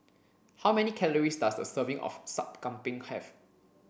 how many calories does a serving of Sup Kambing have